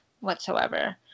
whatsoever